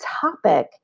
topic